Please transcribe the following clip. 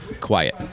quiet